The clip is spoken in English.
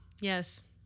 yes